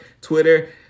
Twitter